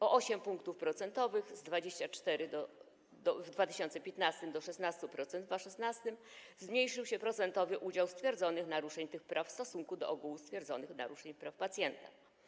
O 8 punktów procentowych - z 24% w 2015 do 16% w 2016 r. - zmniejszył się procentowy udział stwierdzonych naruszeń tych praw w stosunku do ogółu stwierdzonych naruszeń praw pacjenta.